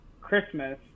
Christmas